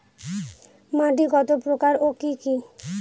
মাটি কত প্রকার ও কি কি?